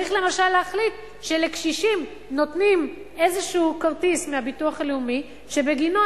צריך למשל להחליט שלקשישים נותנים איזה כרטיס מהביטוח הלאומי שבגינו,